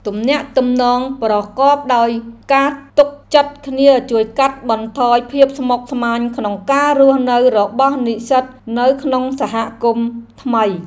ទំនាក់ទំនងប្រកបដោយការទុកចិត្តគ្នាជួយកាត់បន្ថយភាពស្មុគស្មាញក្នុងការរស់នៅរបស់និស្សិតនៅក្នុងសហគមន៍ថ្មី។